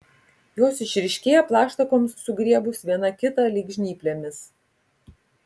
jos išryškėja plaštakoms sugriebus viena kitą lyg žnyplėmis